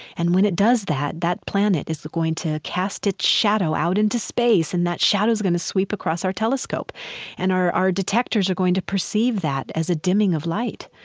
and when it does that, that planet is going to cast its shadow out into space and that shadow is going to sweep across our telescope and our our detectors are going to perceive that as a dimming of light.